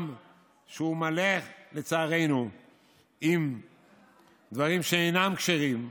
שהוא מלא לצערנו בדברים שאינם כשרים,